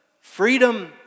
freedom